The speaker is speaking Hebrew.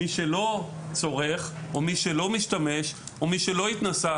מי שלא צורך, מי שלא משתמש או מי שלא התנסה